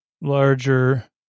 larger